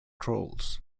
trolls